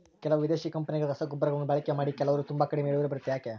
ಕೆಲವು ವಿದೇಶಿ ಕಂಪನಿಗಳ ರಸಗೊಬ್ಬರಗಳನ್ನು ಬಳಕೆ ಮಾಡಿ ಕೆಲವರು ತುಂಬಾ ಕಡಿಮೆ ಇಳುವರಿ ಬರುತ್ತೆ ಯಾಕೆ?